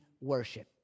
worship